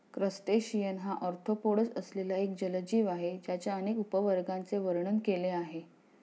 crustacean हा arthropods असलेला एक जलजीव आहे ज्याच्या अनेक उपवर्गांचे वर्णन केले आहे